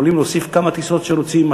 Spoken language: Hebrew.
יכולים להוסיף כמה טיסות שרוצים,